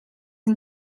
een